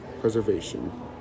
preservation